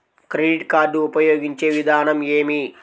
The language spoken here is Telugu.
క్రెడిట్ కార్డు ఉపయోగించే విధానం ఏమి?